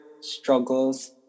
struggles